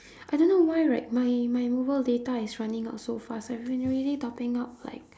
I don't know why right my my mobile data is running out so fast I've been really topping up like